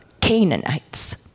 Canaanites